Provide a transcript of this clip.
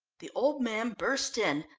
the old man burst in,